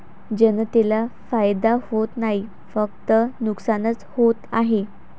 जनतेला फायदा होत नाही, फक्त नुकसानच होत आहे